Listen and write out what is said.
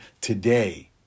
today